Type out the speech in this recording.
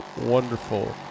wonderful